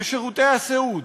בשירותי הסיעוד,